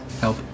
Help